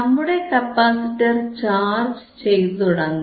നമ്മുടെ capacitor charge ചെയ്തുതുടങ്ങും